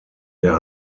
der